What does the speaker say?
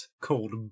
called